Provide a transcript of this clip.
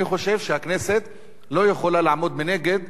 אני חושב שהכנסת לא יכולה לעמוד מנגד,